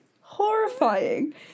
Horrifying